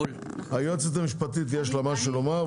היועצת המשפטית, יש לה משהו לומר.